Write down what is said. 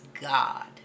God